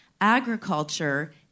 agriculture